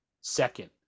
Second